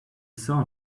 saw